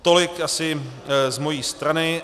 Tolik asi z mojí strany.